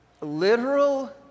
literal